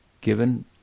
given